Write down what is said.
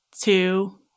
two